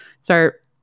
Start